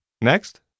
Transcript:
Next